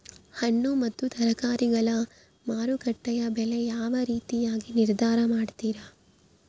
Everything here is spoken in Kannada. ಹಣ್ಣು ಮತ್ತು ತರಕಾರಿಗಳ ಮಾರುಕಟ್ಟೆಯ ಬೆಲೆ ಯಾವ ರೇತಿಯಾಗಿ ನಿರ್ಧಾರ ಮಾಡ್ತಿರಾ?